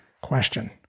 question